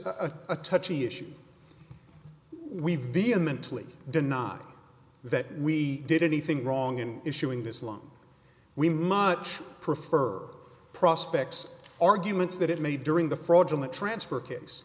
a touchy issue we've vehemently denied that we did anything wrong in issuing this long we much prefer prospects arguments that it made during the fraudulent transfer case